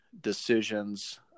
decisions